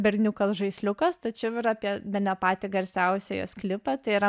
berniukas žaisliukas tačiau ir apie bene patį garsiausią jos klipą tai yra